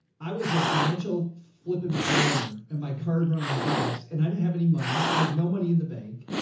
i was a financial flipping planner and my car had run out of gas and i didn't have any money. i had no money in the bank.